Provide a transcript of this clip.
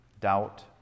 doubt